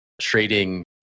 trading